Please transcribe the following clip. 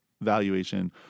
valuation